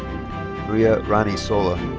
maria rani sola.